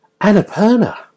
Annapurna